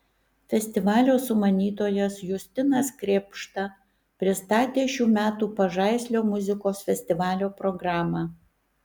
festivalio sumanytojas justinas krėpšta pristatė šių metų pažaislio muzikos festivalio programą